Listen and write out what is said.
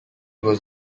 was